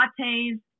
lattes